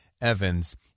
Evans